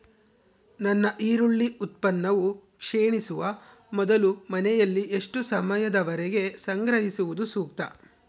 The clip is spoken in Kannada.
ನನ್ನ ಈರುಳ್ಳಿ ಉತ್ಪನ್ನವು ಕ್ಷೇಣಿಸುವ ಮೊದಲು ಮನೆಯಲ್ಲಿ ಎಷ್ಟು ಸಮಯದವರೆಗೆ ಸಂಗ್ರಹಿಸುವುದು ಸೂಕ್ತ?